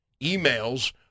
emails